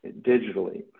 Digitally